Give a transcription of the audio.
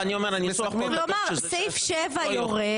אני אומר: הניסוח פה --- כלומר, סעיף 7 יורד.